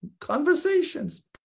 conversations